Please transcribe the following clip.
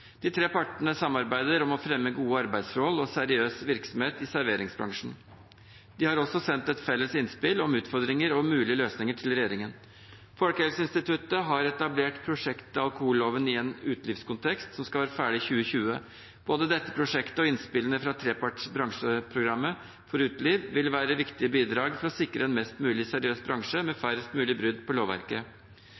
De tre partene samarbeider om å fremme gode arbeidsforhold og seriøs virksomhet i serveringsbransjen. De har også sendt et felles innspill om utfordringer og mulige løsninger til regjeringen. Folkehelseinstituttet har etablert prosjektet Alkoholloven i en utelivskontekst, som skal være ferdig i 2020. Både dette prosjektet og innspillene fra treparts-bransjeprogrammet for uteliv vil være viktige bidrag for å sikre en mest mulig seriøs bransje med